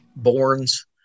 Borns